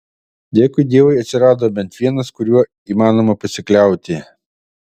dėkui dievui atsirado bent vienas kuriuo įmanoma pasikliauti